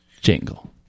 jingle